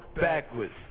backwards